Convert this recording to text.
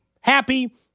happy